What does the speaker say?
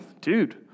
dude